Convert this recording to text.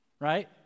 right